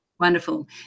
Wonderful